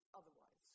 otherwise